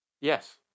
Yes